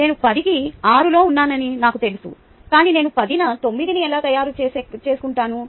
నేను 10 న 6 లో ఉన్నానని నాకు తెలుసు కాని నేను 10 న 9 ని ఎలా తయారు చేసుకుంటాను